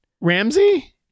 Ramsey